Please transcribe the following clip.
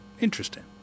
interesting